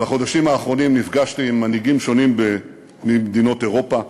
בחודשים האחרונים נפגשתי עם מנהיגים שונים ממדינות אירופה,